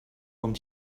com